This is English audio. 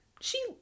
she-